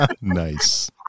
Nice